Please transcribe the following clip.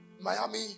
Miami